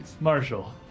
Marshall